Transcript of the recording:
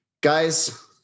Guys